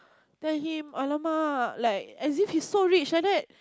tell him !alamak! like as if he so rich like that